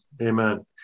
Amen